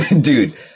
dude